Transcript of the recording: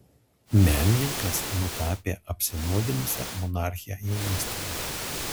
menininkas nutapė apsinuoginusią monarchę jaunystėje